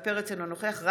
אינו נוכח עמיר פרץ,